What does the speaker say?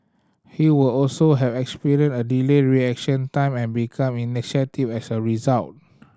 he would also have experienced a delayed reaction time and become initiative as a result